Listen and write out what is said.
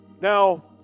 Now